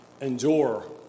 endure